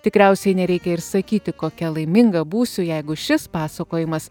tikriausiai nereikia ir sakyti kokia laiminga būsiu jeigu šis pasakojimas